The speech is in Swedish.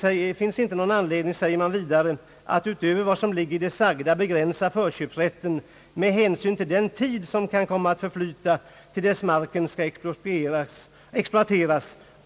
Det finns inte någon anledning att utöver vad som ligger i det sagda begränsa förköpsrätten med hänsyn till den tid som kan komma att förflyta till dess marken skall exploateras.